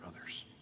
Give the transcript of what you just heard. others